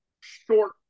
short